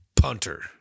punter